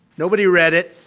nobody read it.